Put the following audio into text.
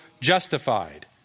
justified